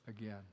again